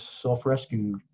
self-rescue